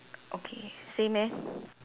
okay same eh